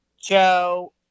Joe